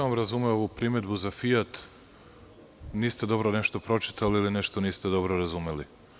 Nisam razumeo ovu primedbu za „Fijat“, niste dobro nešto pročitali ili niste nešto dobro razumeli.